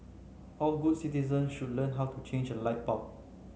all good citizen should learn how to change a light bulb